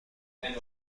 بهم